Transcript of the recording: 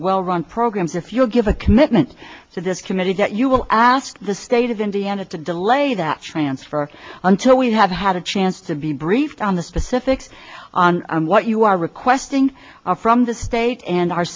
well run programs if you'll give a commitment to this committee that you will ask the state of indiana to delay that transfer until we have had a chance to be briefed on the specifics on what you are requesting from the state and